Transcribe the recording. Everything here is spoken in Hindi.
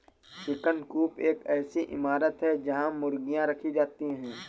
चिकन कूप एक ऐसी इमारत है जहां मुर्गियां रखी जाती हैं